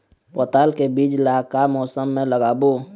पताल के बीज ला का मौसम मे लगाबो?